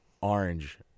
orange